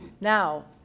Now